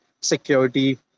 security